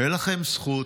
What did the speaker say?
אין לכם זכות.